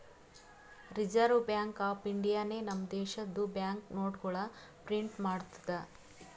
reserve Bank of ಇಂಡಿಯಾನೆ ನಮ್ ದೇಶದು ಬ್ಯಾಂಕ್ ನೋಟ್ಗೊಳ್ ಪ್ರಿಂಟ್ ಮಾಡ್ತುದ್